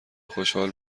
خوشحال